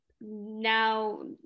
now